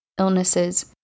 Illnesses